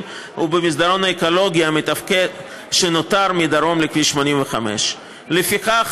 ובמסדרון האקולוגי המתפקד שנותר מדרום לכביש 85. לפיכך,